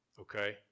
Okay